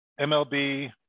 mlb